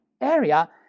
area